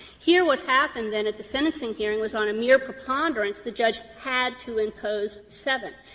here what happened, then, at the sentencing hearing was on a mere preponderance the judge had to impose seven.